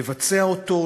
לבצע אותו,